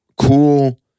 cool